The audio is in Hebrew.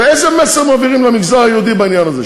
ואיזה מסר מעבירים למגזר היהודי בעניין הזה?